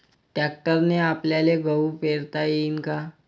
ट्रॅक्टरने आपल्याले गहू पेरता येईन का?